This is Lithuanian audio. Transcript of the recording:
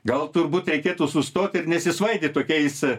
gal turbūt reikėtų sustoti ir nesisvaidyt tokiais